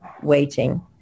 waiting